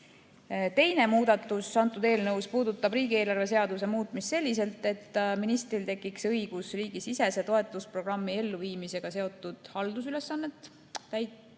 Teine muudatus selles eelnõus puudutab riigieelarve seaduse muutmist selliselt, et ministril tekiks õigus riigisisese toetusprogrammi elluviimisega seotud haldusülesannet täitma